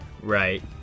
right